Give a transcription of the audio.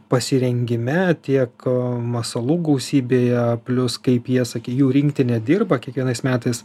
pasirengime tiek masalų gausybėje plius kaip jie sakė jų rinktinė dirba kiekvienais metais